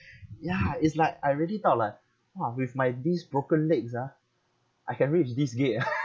ya it's like I really thought like !wah! with my these broken legs ah I can reach this gate ah